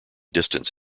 distance